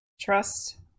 Trust